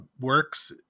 works